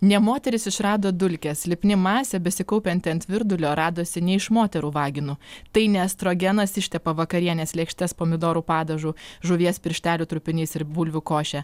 ne moteris išrado dulkes lipni masė besikaupianti ant virdulio radosi ne iš moterų vaginų tai ne estrogenas ištepa vakarienės lėkštes pomidorų padažu žuvies pirštelių trupiniais ir bulvių koše